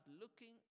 looking